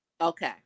Okay